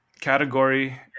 category